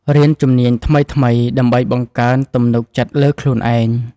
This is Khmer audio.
រៀនជំនាញថ្មីៗ ដើម្បីបង្កើនទំនុកចិត្តលើខ្លួនឯង។